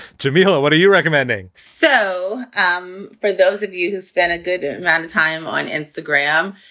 to me. hello. what are you recommending? so um for those of you who spent a good amount of time on instagram,